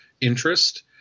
interest